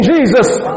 Jesus